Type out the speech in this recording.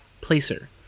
placer